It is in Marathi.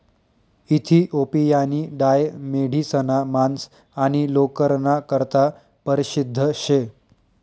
इथिओपियानी डाय मेढिसना मांस आणि लोकरना करता परशिद्ध शे